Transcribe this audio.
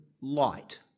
light